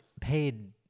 paid